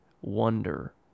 wonder